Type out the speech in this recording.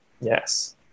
Yes